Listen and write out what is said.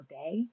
day